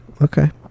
okay